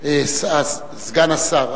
סגן השר,